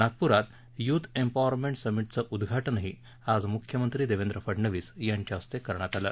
नागपूरात youth empowerment समिटचं उद्घाटनही आज मुख्यमंत्री देवेंद्र फडनवीस यांच्या हस्ते करण्यात आलं